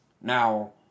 Now